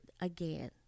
again